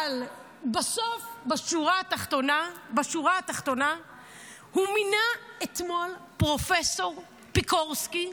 אבל בסוף בשורה התחתונה הוא מינה אתמול את פרופ' פיקרסקי,